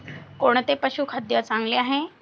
कोणते पशुखाद्य चांगले आहे?